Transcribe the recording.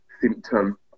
symptom